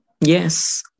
Yes